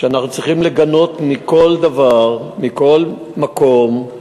ואנחנו צריכים לגנות מכל דבר, מכל מקום,